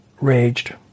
raged